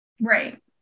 right